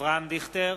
אברהם דיכטר,